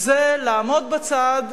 זה לעמוד בצד,